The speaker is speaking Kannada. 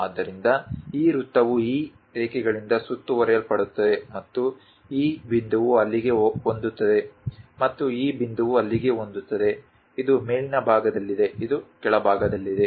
ಆದ್ದರಿಂದ ಈ ವೃತ್ತವು ಈ ರೇಖೆಗಳಿಂದ ಸುತ್ತುವರಿಯಲ್ಪಡುತ್ತದೆ ಮತ್ತು ಈ ಬಿಂದುವು ಅಲ್ಲಿಗೆ ಹೊಂದುತ್ತದೆ ಮತ್ತು ಈ ಬಿಂದುವು ಅಲ್ಲಿಗೆ ಹೊಂದುತ್ತದೆ ಇದು ಮೇಲಿನ ಭಾಗದಲ್ಲಿದೆ ಇದು ಕೆಳಭಾಗದಲ್ಲಿದೆ